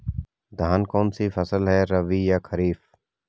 धान कौन सी फसल है रबी या खरीफ?